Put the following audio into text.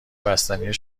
بستنی